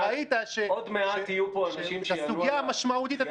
עוד מעט יהיו פה אנשים שיענו על השאלה הזאת.